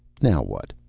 now what?